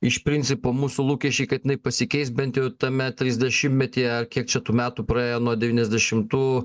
iš principo mūsų lūkesčiai kad jinai pasikeis bent jau tame trisdešimtmetyje kiek čia tų metų praėjo nuo devyniasdešimtų